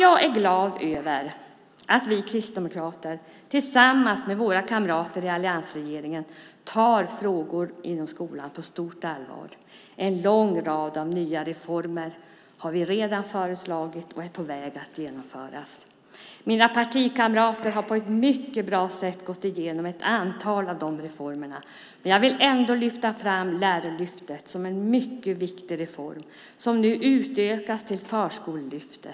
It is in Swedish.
Jag är glad över att vi kristdemokrater tillsammans med våra kamrater i alliansregeringen tar frågor inom skolan på stort allvar. En lång rad nya reformer har vi redan föreslagit, och de är på väg att genomföras. Mina partikamrater har på ett mycket bra sätt gått igenom ett antal av de reformerna. Men jag vill ändå lyfta fram Lärarlyftet som en mycket viktig reform som nu utökas till Förskolelyftet.